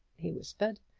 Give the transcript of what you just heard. he whispered.